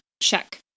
Check